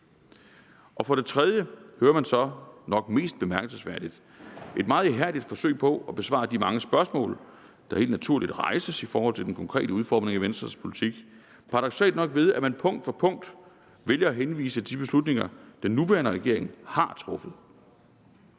For det tredje hører man så – og det er nok det mest bemærkelsesværdige – et meget ihærdigt forsøg på at besvare de mange spørgsmål, der helt naturligt rejses i forhold til den konkrete udformning af Venstres politik, ved, at man paradoksalt nok punkt for punkt vælger at henvise til beslutninger, som den nuværende regering har truffet.